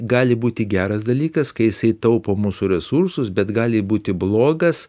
gali būti geras dalykas kai jisai taupo mūsų resursus bet gali būti blogas